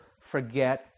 forget